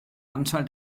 anzahl